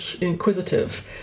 inquisitive